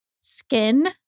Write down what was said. skin